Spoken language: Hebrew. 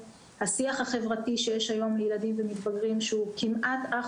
השיח החברתי שיש היום לילדים ומתבגרים שהוא כמעט אך